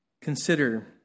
consider